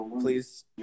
please